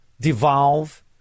devolve